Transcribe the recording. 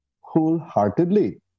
wholeheartedly